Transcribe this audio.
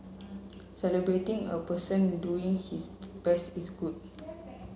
celebrating a person doing his best is good